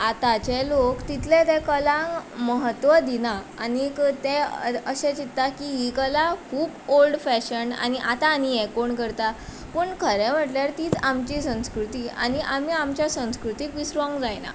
आतांचे लोक तितले ते कलांक महत्व दिना आनीक तें अशे चिंतता की ही कला खूब ओल्ड फॅशन आनी आतां आनी हें कोण करता पूण खरें म्हटल्यार तीच आमची संस्कृती आनी आमी आमच्या संस्कृतींत विसरोंक जायना